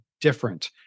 different